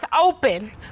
open